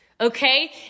okay